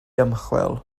ymchwil